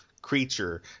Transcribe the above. creature